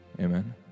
amen